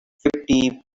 fifty